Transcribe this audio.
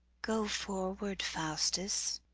go forward, faustus,